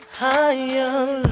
higher